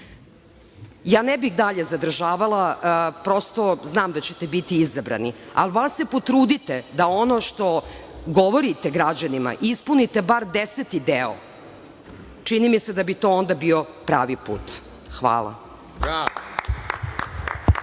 ne bih dalje zadržavala. Prosto, znam da ćete biti izabrani, ali bar se potrudite da ono što govorite građanima, ispunite bar deseti deo, čini mi se da bi to onda bio pravi put. Hvala.